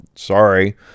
Sorry